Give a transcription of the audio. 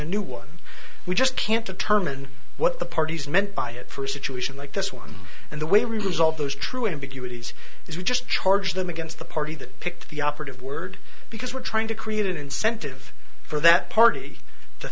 a new one we just can't determine what the parties meant by it for a situation like this one and the way to resolve those true ambiguity is we just charge them against the party that picked the operative word because we're trying to create an incentive for that party to